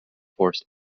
forced